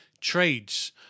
trades